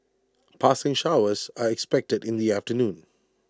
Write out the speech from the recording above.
passing showers are expected in the afternoon